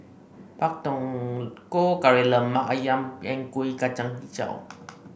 Pak Thong Ko Kari Lemak ayam and Kueh Kacang hijau